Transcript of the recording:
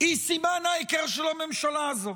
ההפקרות המוחלטת הזו היא סימן ההיכר של הממשלה הזו.